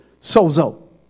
sozo